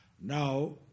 Now